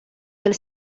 del